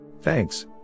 Thanks